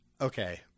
okay